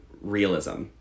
realism